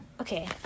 Okay